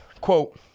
quote